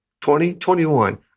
2021